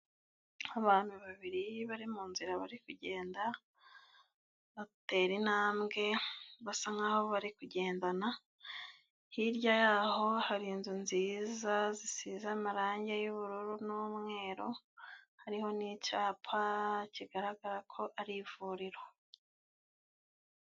Abantu babiri bari mu nzira bari kugenda batera intambwe basa nkaho bari kugendana, hirya y'aho hari inzu nziza zisize amarangi y'ubururu n'umweru hariho n'icyapa kigaragara ko ari ivuriro.